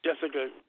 Jessica